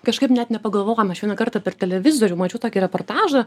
kažkaip net nepagalvojam aš vieną kartą per televizorių mačiau tokį reportažą